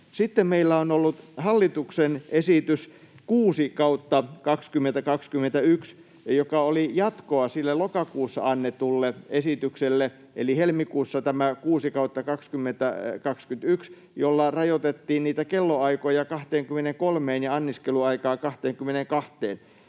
Sitten meillä on ollut hallituksen esitys 6/2021, joka oli jatkoa sille lokakuussa annetulle esitykselle, eli helmikuussa tämä 6/2021, jolla rajoitettiin niitä kellonaikoja 23:een ja anniskeluaikaa